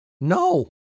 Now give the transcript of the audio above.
No